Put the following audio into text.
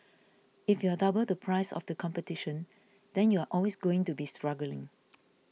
if you are double the price of the competition then you are always going to be struggling